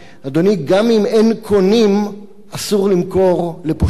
אדוני, גם אם אין קונים, אסור למכור לפושעים.